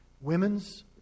women's